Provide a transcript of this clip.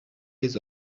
les